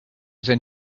than